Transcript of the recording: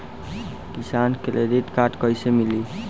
किसान credit card कइसे मिली?